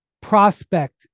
prospect